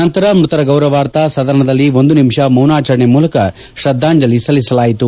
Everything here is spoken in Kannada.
ನಂತರ ಮೃತರ ಗೌರವಾರ್ಥ ಸದನದಲ್ಲಿ ಒಂದು ನಿಮಿಷ ಮೌನಾಚರಣೆ ಮೂಲಕ ಶ್ರದ್ದಾಂಜಲಿ ಸಲ್ಲಿಸಲಾಯಿತು